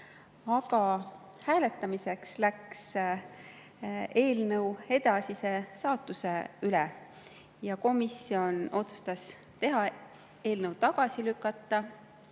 Aga hääletamiseks läks eelnõu edasise saatuse üle. Komisjon otsustas teha ettepaneku eelnõu tagasi lükata.